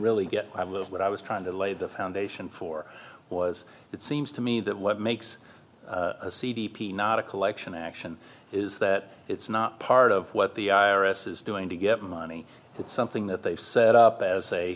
really get i will what i was trying to lay the foundation for was it seems to me that what makes a c d p not a collection action is that it's not part of what the i r s is doing to get money it's something that they've set up as a